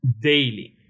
daily